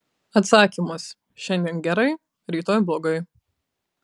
atsakymas šiandien gerai rytoj blogai